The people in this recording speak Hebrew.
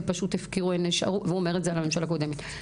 פשוט הפקירו והוא אומר את זה על הממשלה הקודמת.